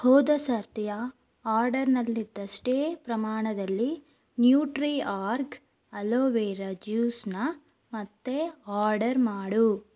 ಹೋದ ಸರ್ತಿಯ ಆರ್ಡರ್ನಲ್ಲಿದ್ದಷ್ಟೇ ಪ್ರಮಾಣದಲ್ಲಿ ನ್ಯೂಟ್ರಿಆರ್ಗ್ ಅಲೋವೆರಾ ಜ್ಯೂಸ್ನ ಮತ್ತೆ ಆರ್ಡರ್ ಮಾಡು